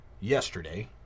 yesterday